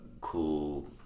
cool